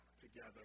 together